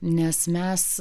nes mes